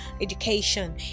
education